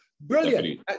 Brilliant